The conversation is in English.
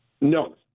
No